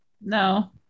No